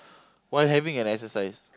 while having an exercise